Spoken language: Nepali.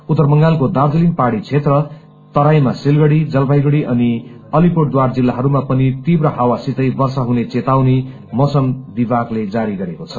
उत्तर बंगालको दार्जीलिङ पहाड़ी क्षेत्र तराईमा सिलगढ़ी जलपाईगढ़ी अनि अलिपुरद्वार जिल्लाहरूमा पनि तीव्र हावासितै वर्षा हुने चेतावनी मौसम विभागले जारी गरेको छ